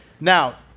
now